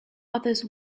others